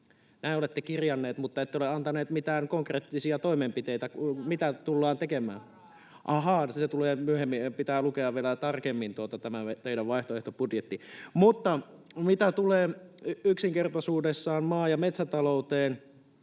Näin olette kirjanneet, mutta ette ole antaneet mitään konkreettisia toimenpiteitä, mitä tullaan tekemään. [Sanna Antikainen: Siellä on kriisivara!] — Ahaa, se tulee myöhemmin. Pitää lukea vielä tarkemmin tämä teidän vaihtoehtobudjettinne. Mutta mitä tulee yksinkertaisuudessaan maa- ja metsätalouteen,